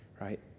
right